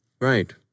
right